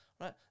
right